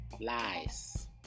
lies